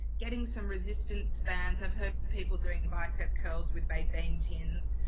getting some resistance bands. i've heard people doing bicep curls with baked bean tins,